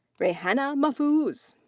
rehana mahfuz.